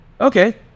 Okay